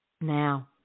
now